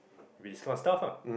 maybe this kind of stuff lah